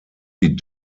die